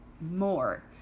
more